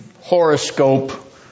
horoscope